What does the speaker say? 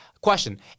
Question